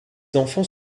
enfants